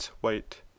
white